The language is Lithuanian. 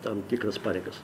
tam tikras pareigas